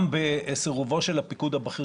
גם מפגין שנרמסה הזכות